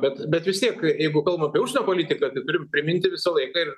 bet bet vis tiek jeigu kalbam apie užsienio politiką tai turim priminti visą laiką ir